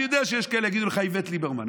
אני יודע שיש כאלה שיגידו לך איווט ליברמן.